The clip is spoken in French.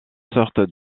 sortes